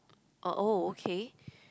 oh okay